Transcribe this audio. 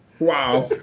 Wow